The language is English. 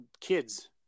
kids